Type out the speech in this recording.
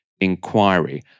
inquiry